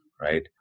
right